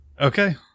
Okay